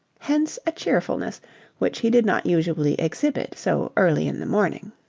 hence a cheerfulness which he did not usually exhibit so early in the morning.